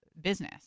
business